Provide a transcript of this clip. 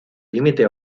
límite